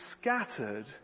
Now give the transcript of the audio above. scattered